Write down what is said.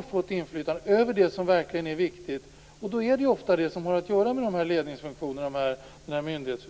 fått inflytande över det som verkligen är viktigt. Då är det ofta det som har att göra med dessa ledningsfunktioner, denna myndighetsutövning.